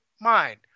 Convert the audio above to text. mind